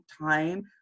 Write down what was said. time